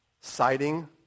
citing